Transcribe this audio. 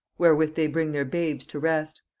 wherewith they bring their babes to rest,